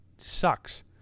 Sucks